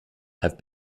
have